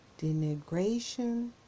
denigration